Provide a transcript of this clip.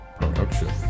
production